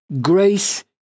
grace